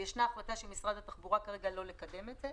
החלטה של משרד התחבורה לא לקדם את זה.